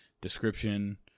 description